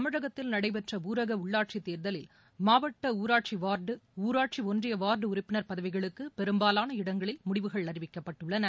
தமிழகத்தில் நடைபெற்ற ஊரக உள்ளாட்சி தேர்தலில் மாவட்ட ஊராட்சி வார்டு ஊராட்சி ஒன்றிய வார்டு உறப்பினர் பதவிகளுக்கு பெரும்பாலான இடங்களில் முடிவுகள் அறிவிக்கப்பட்டுள்ளன